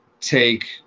take